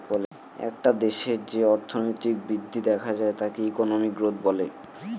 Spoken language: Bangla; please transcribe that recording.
একটা দেশে যে অর্থনৈতিক বৃদ্ধি দেখা যায় তাকে ইকোনমিক গ্রোথ বলে